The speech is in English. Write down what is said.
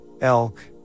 elk